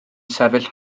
sefyll